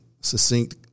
succinct